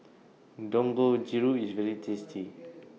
Dangojiru IS very tasty